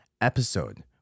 episode